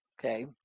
okay